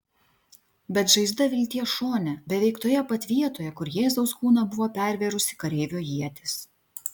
bet žaizda vilties šone beveik toje pat vietoje kur jėzaus kūną buvo pervėrusi kareivio ietis